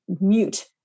mute